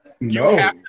No